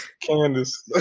Candace